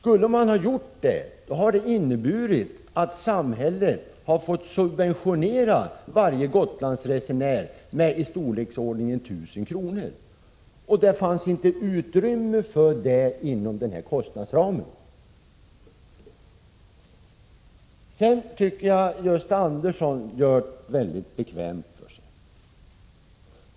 Om man hade gjort på detta sätt skulle det ha inneburit att samhället fått subventionera varje Gotlandsresenär med ett belopp i storleken 1000 kr. Det fanns inte utrymme för detta inom den givna kostnadsramen. Jag tycker att Gösta Andersson gör det väldigt bekvämt för sig.